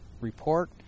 report